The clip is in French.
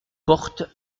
porte